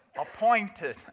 Appointed